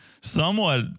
Somewhat